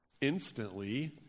instantly